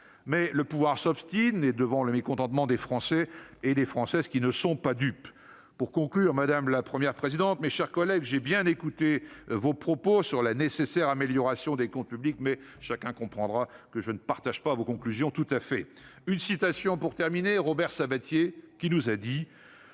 le pouvoir s'obstine devant le mécontentement des Français et des Françaises qui ne sont pas dupes. Pour conclure, madame la Première présidente, mes chers collègues, j'ai bien écouté vos propos sur la nécessaire amélioration des comptes publics, mais chacun comprendra que je ne partage pas tout à fait vos conclusions. Je terminerai en citant Robert Sabatier :« Lorsque